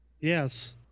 Yes